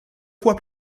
fois